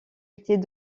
était